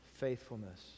faithfulness